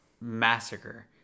massacre